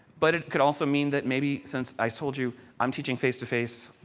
but it could also mean that may be since i told you i am teaching face to face,